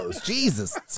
Jesus